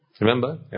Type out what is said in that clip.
Remember